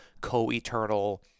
co-eternal